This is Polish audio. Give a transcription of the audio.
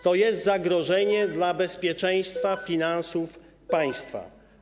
To jest zagrożenie dla bezpieczeństwa finansów państwa.